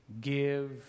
give